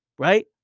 right